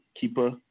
Keeper